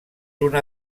una